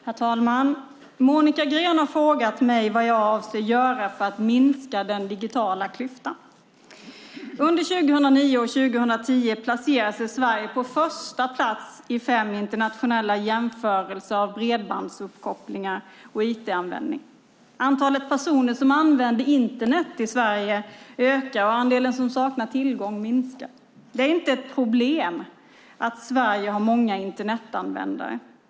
Herr talman! Monica Green har frågat mig vad jag avser att göra för att minska den digitala klyftan. Åren 2009 och 2010 placerar sig Sverige på första plats i fem internationella jämförelser av bredbandsuppkopplingar och IT-användning. Antalet personer som använder Internet i Sverige ökar, och andelen som saknar tillgång minskar. Det är inte ett problem att Sverige har många Internetanvändare.